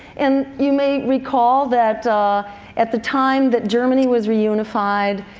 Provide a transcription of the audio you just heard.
and you may recall that at the time that germany was reunified,